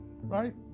right